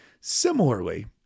Similarly